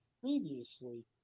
previously